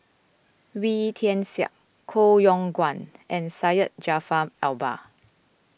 Wee Tian Siak Koh Yong Guan and Syed Jaafar Albar